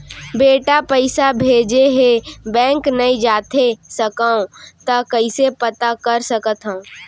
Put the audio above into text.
बेटा पइसा भेजे हे, बैंक नई जाथे सकंव त कइसे पता कर सकथव?